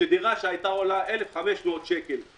דירה שהתשלום עליה אמור להיות 1,500 שקל,